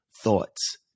thoughts